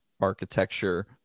architecture